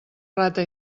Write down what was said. rata